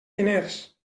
diners